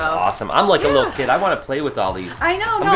awesome. i'm like a little kid. i want to play with all these. i know!